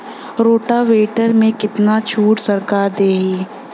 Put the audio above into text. Rotavator में कितना छूट सरकार देही?